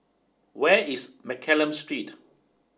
where is Mccallum Street